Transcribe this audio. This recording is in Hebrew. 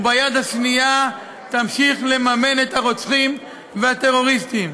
וביד השנייה היא תמשיך לממן את הרוצחים והטרוריסטים.